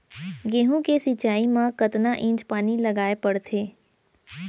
गेहूँ के सिंचाई मा कतना इंच पानी लगाए पड़थे?